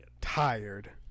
tired